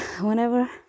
whenever